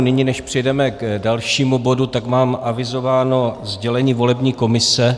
Nyní, než přejdeme k dalšímu bodu, tak mám avizováno sdělení volební komise.